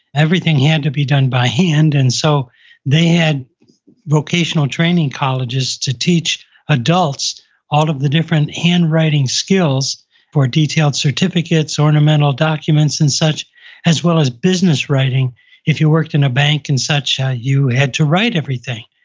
everything had to be done by hand and so they had vocational training colleges to teach adults all of the different handwriting skills for detailed certificates, ornamental documents, and such as well as business writing if you worked in a bank and such, ah you had to write everything.